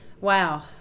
wow